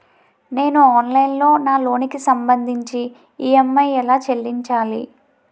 నేను ఆన్లైన్ లో నా లోన్ కి సంభందించి ఈ.ఎం.ఐ ఎలా చెల్లించాలి?